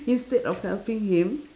instead of helping him